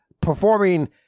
performing